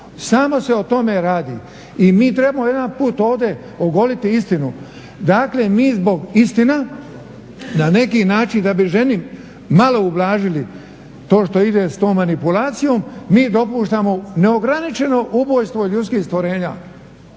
samo se o tome radi. I mi trebamo jedanput ovdje ogoliti istinu. Dakle, mi zbog istina na neki način da bi ženi malo ublažili to što ide s tom manipulacijom mi dopuštamo neograničeno ubojstvo ljudskih stvorenja.